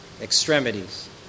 extremities